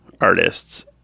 artists